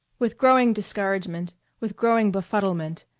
with growing discouragement, with growing befuddlement,